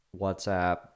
WhatsApp